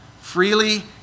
freely